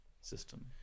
system